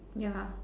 ya